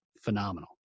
phenomenal